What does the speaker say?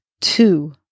two